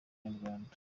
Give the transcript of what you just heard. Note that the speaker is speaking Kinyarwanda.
abanyarwanda